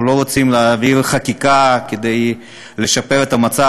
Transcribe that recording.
אנחנו לא רוצים להוביל חקיקה כדי לשפר את המצב,